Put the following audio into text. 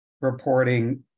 reporting